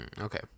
Okay